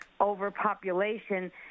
overpopulation